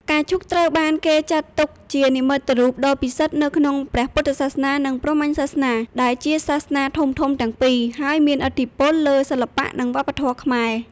ផ្កាឈូកត្រូវបានគេចាត់ទុកជានិមិត្តរូបដ៏ពិសិដ្ឋនៅក្នុងព្រះពុទ្ធសាសនា និងព្រហ្មញ្ញសាសនា ដែលជាសាសនាធំៗទាំងពីរ ហើយមានឥទ្ធិពលលើសិល្បៈ និងវប្បធម៌ខ្មែរ។